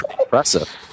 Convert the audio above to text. impressive